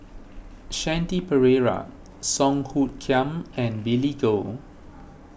Shanti Pereira Song Hoot Kiam and Billy Koh